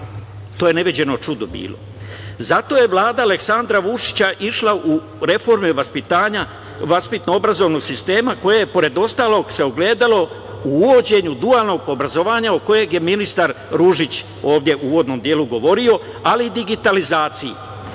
to je neviđeno čudo bilo. Zato je Vlada Aleksandra Vučića išla u reforme vaspitno-obrazovnog sistema koje se, pored ostalog, ogledalo u uvođenju dualnog obrazovanja o kojem je ministar Ružić ovde u uvodnom delu govorio, ali i digitalizaciji. Poštovani